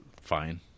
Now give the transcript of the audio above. fine